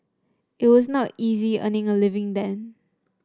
it was not easy earning a living then